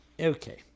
Okay